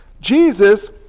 Jesus